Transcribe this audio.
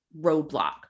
roadblock